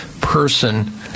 person